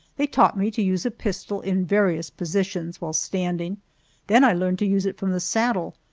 they taught me to use a pistol in various positions while standing then i learned to use it from the saddle.